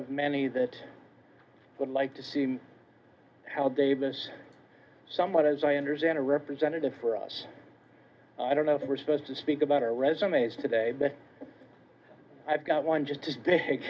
of many that would like to see how davis somewhat as i understand a representative for us i don't know if we're supposed to speak about our resumes today but i've got one just to